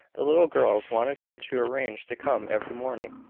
the little girls wanted her to arrange to come every morning,